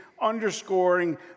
underscoring